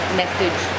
message